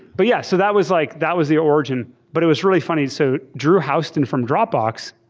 but yeah so that was like that was the origin. but it was really funny. so drew housed in from dropbox.